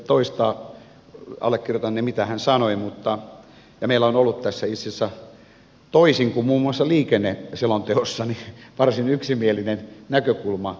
allekirjoitan sen mitä hän sanoi ja meillä on ollut tässä itse asiassa toisin kuin muun muassa liikenneselonteossa varsin yksimielinen näkökulma